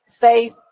faith